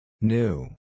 New